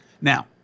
now